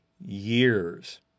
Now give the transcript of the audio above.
years